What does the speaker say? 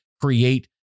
create